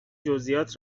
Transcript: جزییات